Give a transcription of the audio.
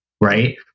right